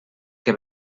que